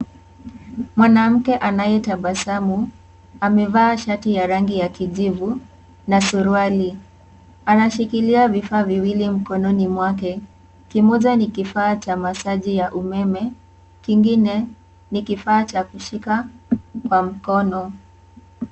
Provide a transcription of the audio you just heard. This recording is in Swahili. Mwanamke anayetabasamu. Amevaa shati ya rangi ya kijivu na suruali. Anashikilia vifaa viwili mkononi mwake, kimoja ni kifaa cha masage ya umeme, kingine ni kifaa cha kushika kwa mkono.